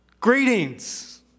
Greetings